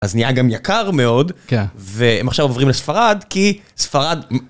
אז נהיה גם יקר מאוד, והם עכשיו עוברים לספרד כי ספרד...